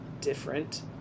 different